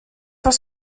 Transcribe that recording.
was